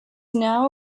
now